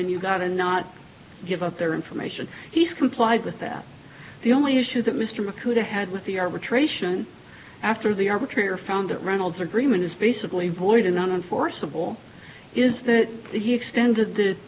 and you've got a not give up their information he's complied with that the only issue that mr mchugh the head with the arbitration after the arbitrator found that reynolds agreement is basically void and on and forcible is that he extended